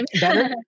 better